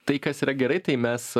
tai kas yra gerai tai mes